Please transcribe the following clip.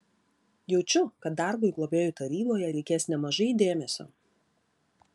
jaučiu kad darbui globėjų taryboje reikės nemažai dėmesio